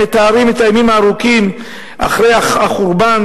מתארים את הימים הארוכים אחרי החורבן,